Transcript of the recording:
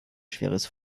schweres